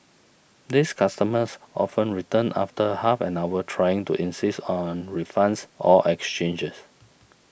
these customers often return after half an hour trying to insist on refunds or exchanges